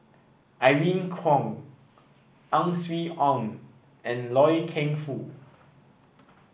Irene Khong Ang Swee Aun and Loy Keng Foo